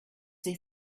they